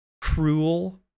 cruel